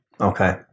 Okay